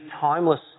timeless